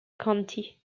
county